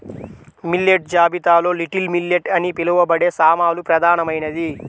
millet జాబితాలో little millet అని పిలవబడే సామలు ప్రధానమైనది